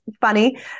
funny